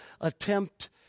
attempt